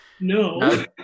no